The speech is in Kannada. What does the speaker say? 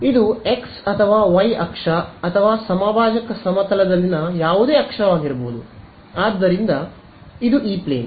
ಇದು x ಅಥವಾ y ಅಕ್ಷ ಅಥವಾ ಸಮಭಾಜಕ ಸಮತಲದಲ್ಲಿನ ಯಾವುದೇ ಅಕ್ಷವಾಗಿರಬಹುದು ಆದ್ದರಿಂದ ಇದು ಇ ಪ್ಲೇನ್